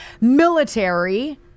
military